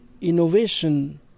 Innovation